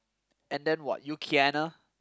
and then what